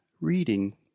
reading